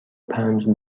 پنج